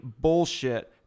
bullshit